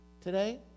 today